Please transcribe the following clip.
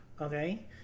Okay